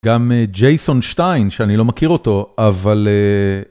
גם ג'ייסון שטיין, שאני לא מכיר אותו, אבל...